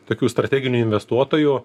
tokių strateginių investuotojų